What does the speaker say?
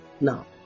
Now